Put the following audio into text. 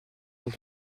sont